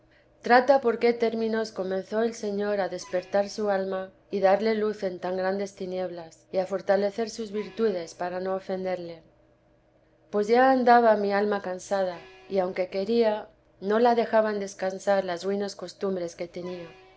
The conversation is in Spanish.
trata por qué términos comenzó el señor a despertar su alma y ciarle luz en tan grandes tinieblas ya fortalecer sus virtudes para no ofenderle pues ya andaba mi alma cansada y aunque quería no la dejaban descansar las ruines costumbres que tenía